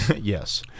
Yes